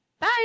bye